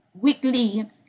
weekly